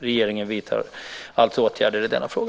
Regeringen vidtar alltså åtgärder i denna fråga.